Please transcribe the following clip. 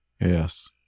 yes